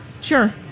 sure